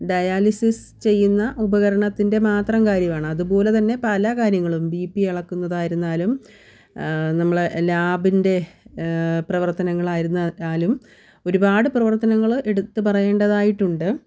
dialysis ചെയ്യുന്ന ഉപകരണത്തിൻ്റെ മാത്രം കാര്യമാണ് അതുപോലെ തന്നെ പല കാര്യങ്ങളും ബി പി അളക്കുന്നതായിരുന്നാലും നമ്മളുടെ ലാബിൻ്റെ പ്രവർത്തനങ്ങൾ ആയിരുന്നാലും ഒരുപാട് പ്രവർത്തനങ്ങൾ എടുത്ത് പറയേണ്ടതായിട്ടുണ്ട്